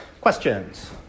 questions